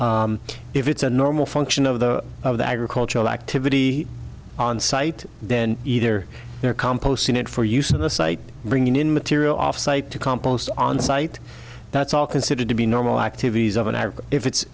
say if it's a normal function of the of the agricultural activity on site then either they're composting it for use in the site bringing in material off site to compost on site that's all considered to be normal activities of an